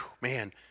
man